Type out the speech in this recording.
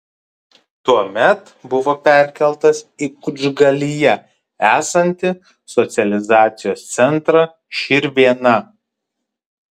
tuomet buvo perkeltas į kučgalyje esantį socializacijos centrą širvėna